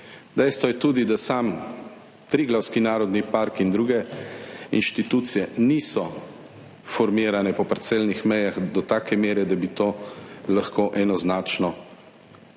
Dejstvo je tudi, da sam Triglavski narodni park in druge inštitucije niso formirane po parcelnih mejah do take mere, da bi to lahko enoznačno določili.